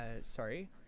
sorry